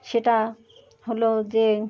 সেটা হলো যে